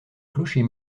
clocher